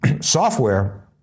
software